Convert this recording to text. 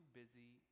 busy